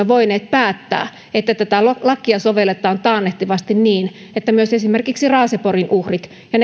voineet päättää että tätä lakia sovelletaan taannehtivasti myös esimerkiksi raaseporin uhreihin ja